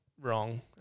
wrong